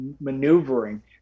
maneuvering